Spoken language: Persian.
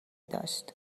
داشت